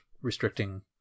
restricting